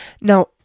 Now